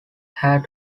had